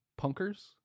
Punkers